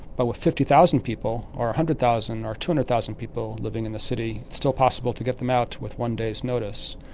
but with fifty thousand people or one hundred thousand or two hundred thousand people living in the city it's still possible to get them out with one day's notice,